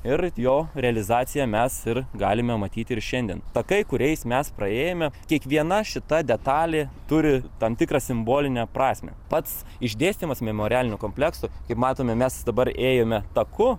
ir jo realizacija mes ir galime matyti ir šiandien takai kuriais mes praėjome kiekviena šita detalė turi tam tikrą simbolinę prasmę pats išdėstymas memorialinio komplekso kaip matome mes dabar ėjome taku